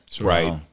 Right